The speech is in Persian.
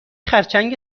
خرچنگ